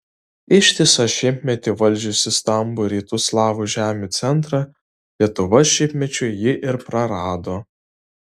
ištisą šimtmetį valdžiusi stambų rytų slavų žemių centrą lietuva šimtmečiui jį ir prarado